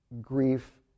grief